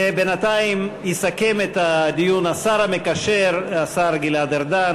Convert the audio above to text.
בינתיים יסכם את הדיון השר המקשר, השר גלעד ארדן.